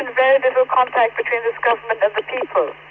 and very and little contact between this government and the people.